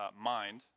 mind